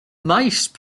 mice